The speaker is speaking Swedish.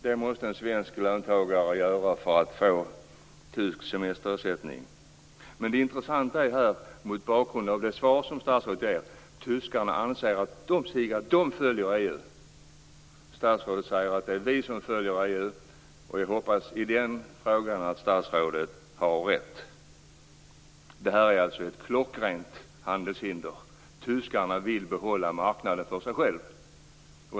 Detta måste en svensk löntagare göra för att få tysk semesterersättning. Det intressanta, mot bakgrund av det svar statsrådet ger, är att tyskarna anser att de följer EU. Statsrådet säger att det är vi som följer EU. Jag hoppas att det är statsrådet som har rätt i den frågan. Det här är ett klockrent handelshinder. Tyskarna vill behålla marknaden för sig själva.